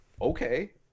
Okay